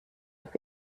auf